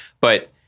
But-